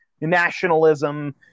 nationalism